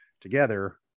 together